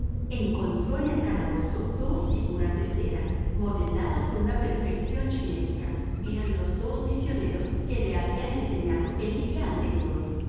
encontró en el calabozo dos figuras de cera modeladas con una perfección chinesca eran los dos misioneros que le habían enseñado el día anterior